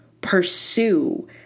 pursue